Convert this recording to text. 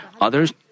Others